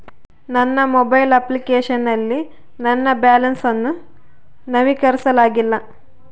ನನ್ನ mobile application ನಲ್ಲಿ ನನ್ನ ಬ್ಯಾಲೆನ್ಸ್ ಅನ್ನು ನವೀಕರಿಸಲಾಗಿಲ್ಲ